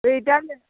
बै दा नै